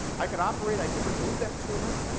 i could operate. i could remove that tumor.